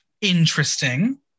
interesting